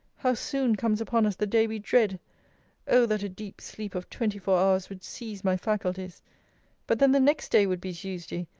how soon comes upon us the day we dread oh that a deep sleep of twenty four hours would seize my faculties but then the next day would be tuesday,